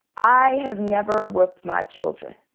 i have never whooped my children.